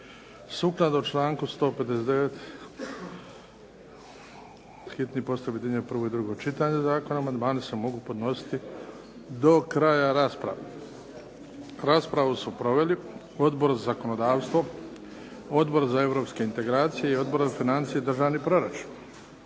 Sukladno članku 159. hitni postupak objedinjuje prvo i drugo čitanje zakona. Amandmani se mogu podnositi do kraja rasprave. Raspravu su proveli Odbor za zakonodavstvo, Odbor za europske integracije i Odbor za financije i državni proračun.